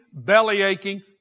bellyaching